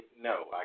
no